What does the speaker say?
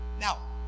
Now